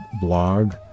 blog